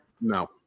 No